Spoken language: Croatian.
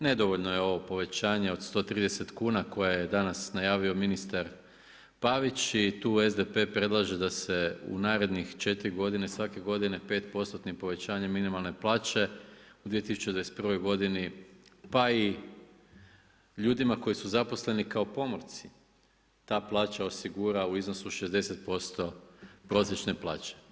Nedovoljno je ovo povećanje od 130 kuna koje je danas najavio ministar Pavić i tu SDP predlaže da se u narednih četiri godine svake godine pet postotnih povećanja minimalne plaće u 2021. godini pa i ljudima koji su zaposleni kao pomorci ta plaća osigura u iznosu od 60% prosječne plaće.